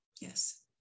Yes